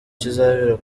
kizabera